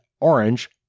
Orange